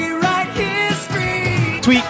Tweet